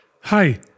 Hi